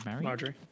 Marjorie